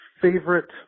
favorite